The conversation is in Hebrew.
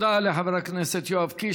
תודה לחבר הכנסת יואב קיש.